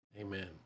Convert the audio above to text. Amen